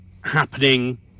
happening